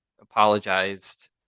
apologized